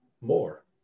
more